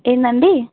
ఏంటండి